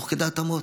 תוך כדי התאמות,